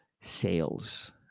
sales